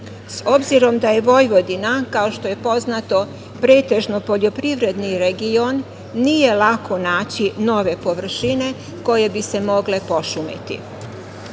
Obzirom da je Vojvodina, kao što je poznato, pretežno poljoprivredni region, nije lako naći nove površine koje bi se mogle pošumiti. Površine